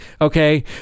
okay